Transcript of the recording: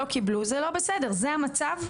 בסדר, זה המצב?